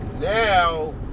now